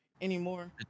anymore